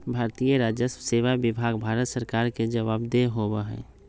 भारतीय राजस्व सेवा विभाग भारत सरकार के जवाबदेह होबा हई